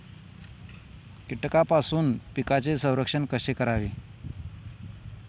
कीटकांपासून पिकांचे संरक्षण कसे करावे?